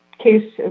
case